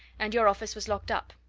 and your office was locked up,